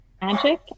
magic